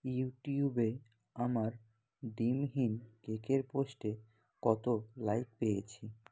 ইউটিউবে আমার ডিমহীন কেকের পোস্টে কত লাইক পেয়েছি